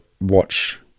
watch